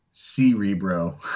Cerebro